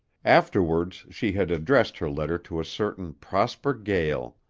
afterwards she had addressed her letter to a certain prosper gael.